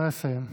נא לסיים.